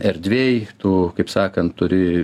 erdvėj tu kaip sakant turi